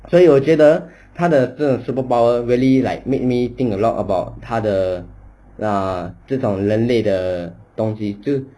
所以我觉得他的这个 superpower really like made me think a lot about 他的 err 这种人类的东西